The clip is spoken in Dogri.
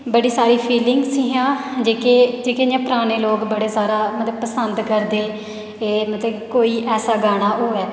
बड़ी सारी फीलिन्गस हियां जेह्के इं'या पराने लोक बड़ा सारा पसंद करदे एह् मतलब कोई ऐसा गाना होऐ